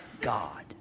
God